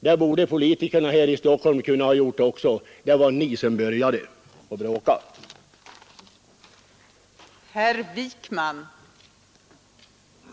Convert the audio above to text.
Det borde politikerna här i Stockholm ha kunnat göra också — det var ni som började bråka